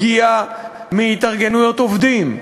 הגיעה מהתארגנויות עובדים,